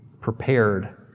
prepared